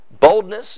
boldness